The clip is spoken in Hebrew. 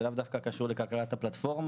זה לאו דווקא קשור לכלכלת הפלטפורמה,